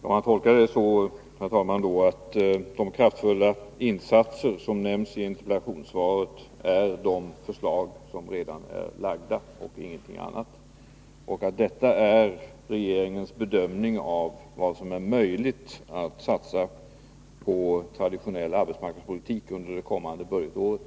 Herr talman! Skall man tolka det så, att de kraftfulla insatser som nämns i interpellationssvaret är de förslag som redan har framlagts och ingenting annat och att detta enligt regeringens bedömning är vad som är möjligt att satsa på traditionell arbetsmarknadspolitik under det kommande budgetåret?